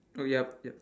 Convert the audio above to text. oh yup yup